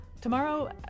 Tomorrow